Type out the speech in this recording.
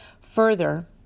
Further